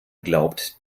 glaubt